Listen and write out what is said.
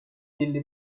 delle